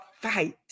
fight